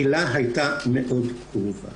הילה הייתה מאוד כאובה.